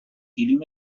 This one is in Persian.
گلیم